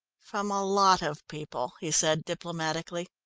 from a lot of people, he said diplomatically.